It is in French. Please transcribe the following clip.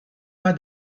pas